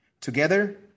together